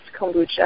kombucha